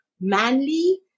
manly